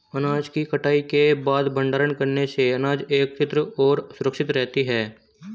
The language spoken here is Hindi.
अनाज की कटाई के बाद भंडारण करने से अनाज एकत्रितऔर सुरक्षित रहती है